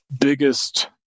biggest